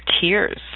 tears